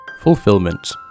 Fulfillment